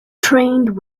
trained